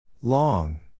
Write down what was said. Long